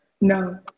No